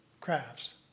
crafts